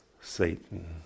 Satan